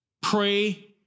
Pray